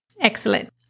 Excellent